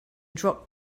dropped